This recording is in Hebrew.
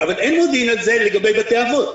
אבל אין מודיעין על זה לגבי בתי אבות.